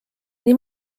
nii